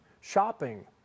shopping